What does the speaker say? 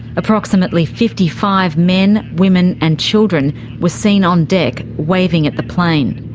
approximately fifty five men, women and children were seen on deck, waving at the plane.